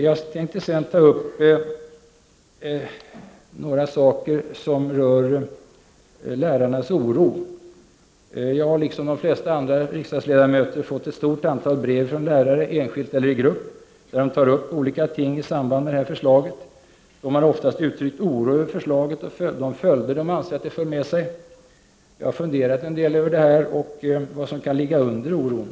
Jag vill ta upp några saker som rör lärarnas oro. Liksom de flesta andra riksdagsledamöter har jag fått ett stort antal brev från lärare — enskilt eller i grupp — där de tar upp olika ting i samband med det här förslaget. De har oftast uttryckt oro över förslaget och de följder de anser att det för med sig. Jag har funderat över detta, och vad som kan ligga under oron.